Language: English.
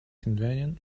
convenient